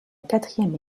quatrième